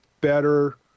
better